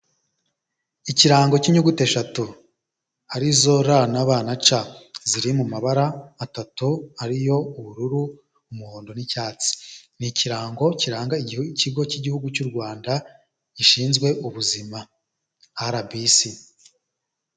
Ikirango cy'inyuguti eshatu arizo ra na ba na ca ziri mu mabara atatu, ariyo ubururu, umuhondo n'icyatsi. Ni ikirango kiranga ikigo cy'igihugu cy'u Rwanda gishinzwe ubuzima arabisi.